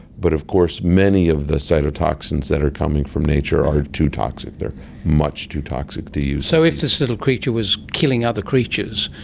but of course many of the cytotoxins that are coming from nature are too toxic, they are much too toxic to use. so if this little creature was killing other creatures,